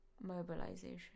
Mobilization